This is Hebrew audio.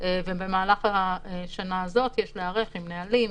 ובשנה הזאת יש להיערך עם נהלים,